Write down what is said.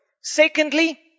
Secondly